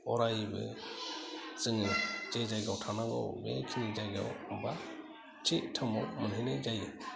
अरायबो जोङो जे जायगायाव थानांगौ बेखिनि जायगायाव थांब्ला थि समाव मोनहैनाय जायो